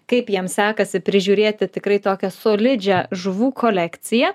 kaip jam sekasi prižiūrėti tikrai tokią solidžią žuvų kolekciją